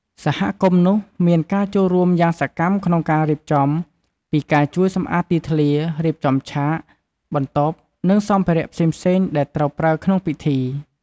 សហគមន៍នោះ មានការចូលរួមយ៉ាងសកម្មក្នុងការរៀបចំ ពីការជួយសម្អាតទីធ្លា រៀបចំឆាក បន្ទប់ និងសម្ភារៈផ្សេងៗដែលត្រូវប្រើក្នុងពិធី។